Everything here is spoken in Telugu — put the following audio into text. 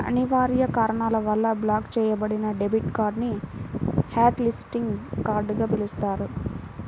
అనివార్య కారణాల వల్ల బ్లాక్ చెయ్యబడిన డెబిట్ కార్డ్ ని హాట్ లిస్టింగ్ కార్డ్ గా పిలుస్తారు